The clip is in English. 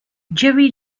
jerry